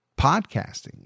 podcasting